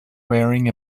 wearing